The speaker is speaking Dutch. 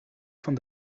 van